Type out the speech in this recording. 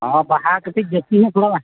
ᱦᱮᱸ ᱵᱟᱦᱟ ᱠᱟᱹᱴᱤᱡ ᱡᱟᱹᱥᱛᱤ ᱧᱚᱜᱚᱜᱼᱟ